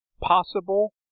possible